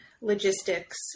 logistics